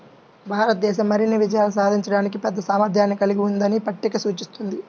భారతదేశం మరిన్ని విజయాలు సాధించడానికి పెద్ద సామర్థ్యాన్ని కలిగి ఉందని పట్టిక సూచిస్తుంది